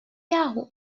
yahoo